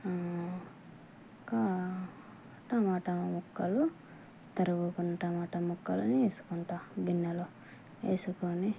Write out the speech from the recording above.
ఇంకా టమాటా ముక్కలు తరుగుకుని టామాట ముక్కలని వేసుకుంటాను గిన్నెలో వేసుకొని